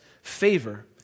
favor